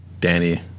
Danny